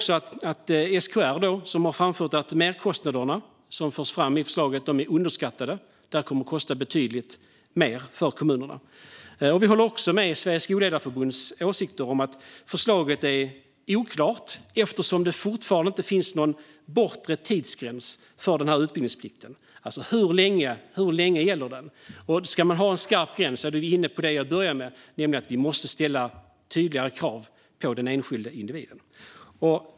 SKR har framfört att merkostnaderna som förs fram i förslaget är underskattade. Det kommer att kosta betydligt mer för kommunerna. Vi håller också med Sveriges Skolledarförbunds åsikter om att förslaget är oklart eftersom det fortfarande inte finns någon bortre tidsgräns för utbildningsplikten. Hur länge gäller den? Ska man ha en skarp gräns är vi inne på det jag började med, nämligen att vi måste ställa tydligare krav på den enskilde individen. Fru talman!